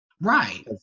right